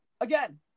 again